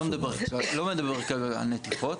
לא מדבר כרגע על נתיחות.